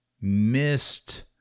missed